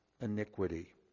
iniquity